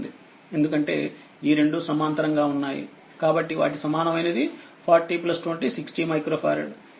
ఎందుకంటే ఈరెండుసమాంతరంగా ఉన్నాయికాబట్టివాటి సమానమైనది4020 60 మైక్రోఫారడ్